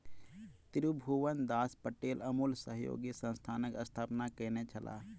त्रिभुवनदास पटेल अमूल सहयोगी संस्थानक स्थापना कयने छलाह